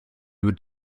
would